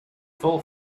full